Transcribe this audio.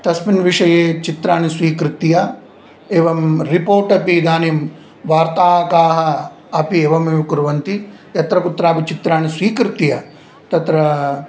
तस्मिन् विषये चित्राणि स्वीकृत्य एवं रिपोर्ट् अपि इदानीं वार्ताकाः अपि एवमेव कुर्वन्ति यत्रकुत्रापि चित्राणि स्वीकृत्य तत्र